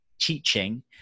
teaching